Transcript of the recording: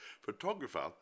photographer